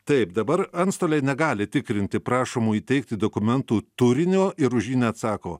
taip dabar antstoliai negali tikrinti prašomų įteikti dokumentų turinio ir už jį neatsako